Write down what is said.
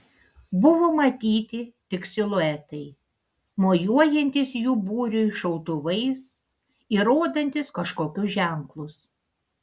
buvo matyti tik siluetai mojuojantys jų būriui šautuvais ir rodantys kažkokius ženklus